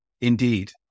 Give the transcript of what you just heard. indeed